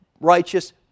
righteous